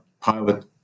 pilot